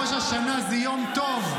ראש השנה זה יום טוב.